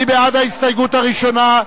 מי בעד ההסתייגות הראשונה?